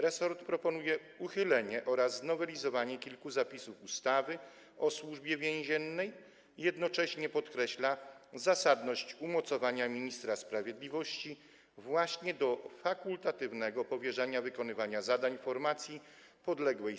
Resort proponuje uchylenie oraz znowelizowanie kilku zapisów ustawy o Służbie Więziennej i jednocześnie podkreśla zasadność umocowania ministra sprawiedliwości właśnie do fakultatywnego powierzania wykonywania zadań formacji mu podległej